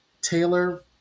Taylor